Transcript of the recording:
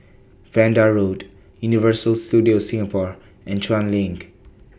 Vanda Road Universal Studios Singapore and Chuan LINK